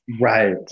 right